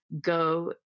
go